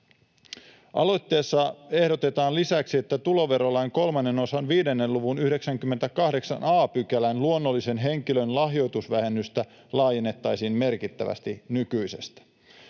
Aloitteessa ehdotetaan lisäksi, että tuloverolain III osan 5 luvun 98 a §:n luonnollisen henkilön lahjoitusvähennystä laajennettaisiin merkittävästi nykyisestä.